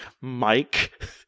Mike